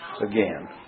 Again